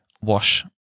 wash